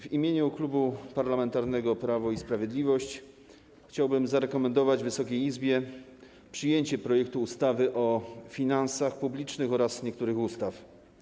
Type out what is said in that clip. W imieniu Klubu Parlamentarnego Prawo i Sprawiedliwość chciałbym zarekomendować Wysokiej Izbie przyjęcie projektu ustawy o zmianie ustawy o finansach publicznych oraz niektórych innych ustaw.